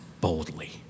boldly